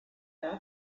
cape